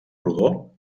rodó